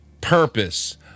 purpose